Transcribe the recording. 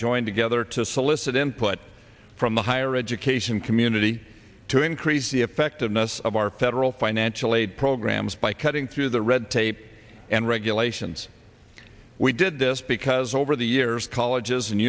join together to solicit input from the higher education community to increase the effectiveness of our federal financial aid programs by cutting through the red tape and regulations we did this because over the years colleges and